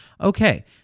okay